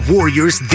Warriors